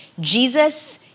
Jesus